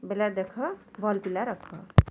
ବେଲେ ଦେଖ ଭଲ୍ ପିଲା ରଖ